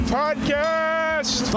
podcast